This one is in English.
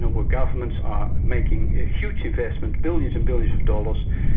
know, where governments are making huge investments, billions and billions of dollars,